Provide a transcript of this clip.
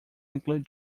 include